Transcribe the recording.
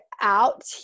out